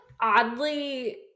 oddly